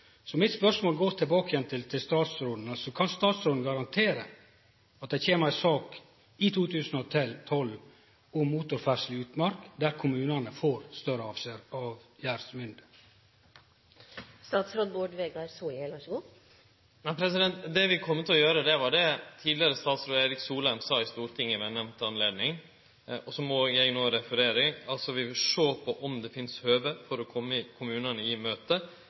Mitt spørsmål går tilbake igjen til statsråden: Kan statsråden garantere at det kjem ei sak i 2012 om motorferdsle i utmark der kommunane får større avgjerdsmynde? Det vi kjem til å gjere, er det som tidlegare statsråd Erik Solheim sa i Stortinget ved nemnde anledning, og som eg òg no refererer til, at vi vil sjå på om det finst høve for å kome kommunane i